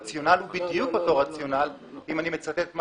הרציונל הוא בדיוק אותו רציונל, אם אני מצטט מה